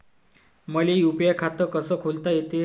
मले यू.पी.आय खातं कस खोलता येते?